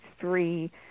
three